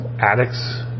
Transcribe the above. addicts